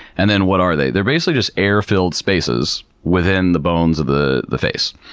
and then what are they? they're basically just air-filled spaces within the bones of the the face.